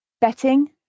Betting